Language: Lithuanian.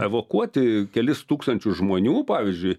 evakuoti kelis tūkstančius žmonių pavyzdžiui